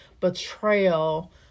betrayal